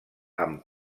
amb